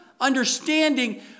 understanding